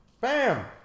Bam